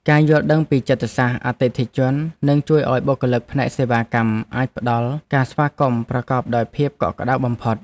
ការយល់ដឹងពីចិត្តសាស្ត្រអតិថិជននឹងជួយឱ្យបុគ្គលិកផ្នែកសេវាកម្មអាចផ្តល់នូវការស្វាគមន៍ប្រកបដោយភាពកក់ក្តៅបំផុត។